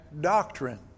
doctrine